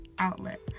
outlet